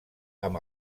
amb